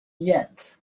yet